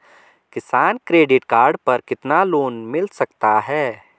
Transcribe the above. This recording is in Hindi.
किसान क्रेडिट कार्ड पर कितना लोंन मिल सकता है?